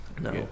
No